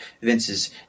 Vince's –